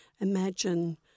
imagine